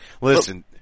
Listen